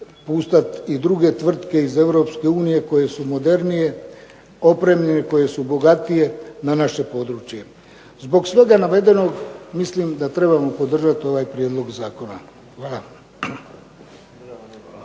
puštat i druge tvrtke iz Europske unije koje su modernije opremljene, koje su bogatije na naše područje. Zbog svega navedenog mislim da trebamo podržati ovaj prijedlog zakona. Hvala.